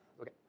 Okay